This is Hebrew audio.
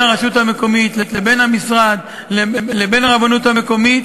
הרשות המקומית לבין המשרד לבין הרבנות המקומית.